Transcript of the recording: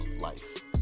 life